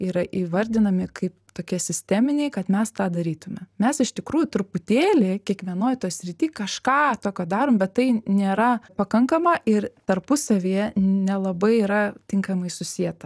yra įvardinami kaip tokie sisteminiai kad mes tą darytume mes iš tikrųjų truputėlį kiekvienoj toj srity kažką tokio darom bet tai nėra pakankama ir tarpusavyje nelabai yra tinkamai susieta